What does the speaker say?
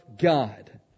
God